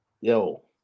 yo